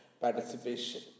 participation